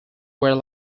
were